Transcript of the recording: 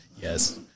Yes